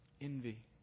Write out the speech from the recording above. Envy